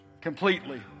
completely